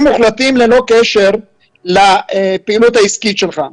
מוחלטים ללא קשר לפעילות העסקית שלך.